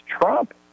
Trump